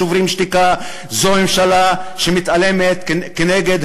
"שוברים שתיקה"; זו ממשלה שמתעלמת כנגד